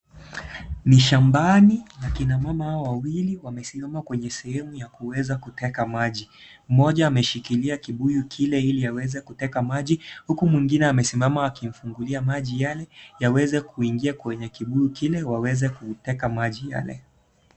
Ni shambani akina mama hawa wawili wamesimama kwenye sehemu ya kuweza kuteka maji, mmoja ameshikilia kibuyu kile ili aweze kuteka maji huku mwingine amesimama akimfungulia maji yale yaweze kuingia kwenye kibuyu kile waweze kuteka maji yale.